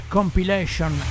Compilation